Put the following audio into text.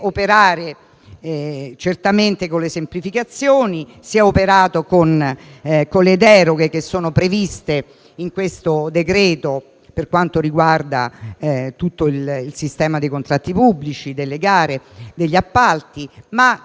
certamente con le semplificazioni e si è operato con le deroghe, che sono previste nel provvedimento per quanto riguarda tutto il sistema dei contratti pubblici, delle gare e degli appalti. La